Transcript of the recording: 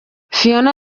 phiona